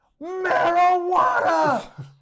marijuana